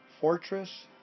fortress